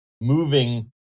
moving